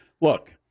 Look